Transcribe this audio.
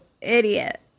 idiot